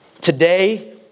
Today